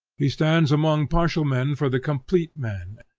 he stands among partial men for the complete man,